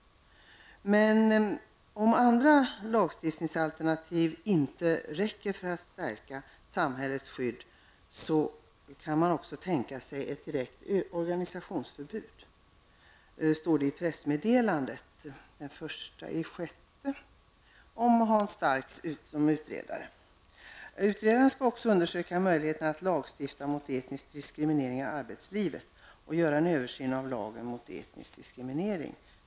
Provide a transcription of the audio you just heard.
Om andra lagstiftningsalternativ inte räcker för att stärka samhällets skydd kan man tänka sig ett direkt organisationsförbud. Detta stod i pressmeddelandet från den 1 juni 1990 med Hans Stark som utredare. Utredaren skall också undersöka möjligheterna att lagstifta mot etnisk diskriminering i arbetslivet och göra en översyn av lagen mot etnisk diskriminering.